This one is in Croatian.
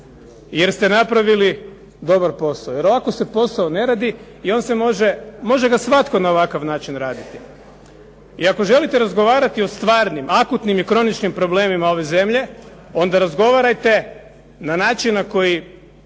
jer ste napravili dobar posao. Jer ovako se posao ne radi i on se može, može ga svatko na ovakav način raditi. I ako želite razgovarati o stvarnim, akutnim i kroničnim problemima ove zemlje, onda razgovarajte na način na koji